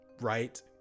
right